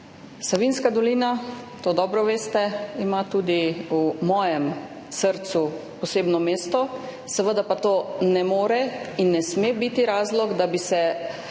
Savinjska dolina, to dobro veste, ima tudi v mojem srcu posebno mesto. Seveda pa to ne more in ne sme biti razlog, da bi se